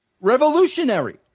revolutionary